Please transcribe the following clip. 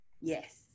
yes